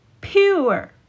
Pure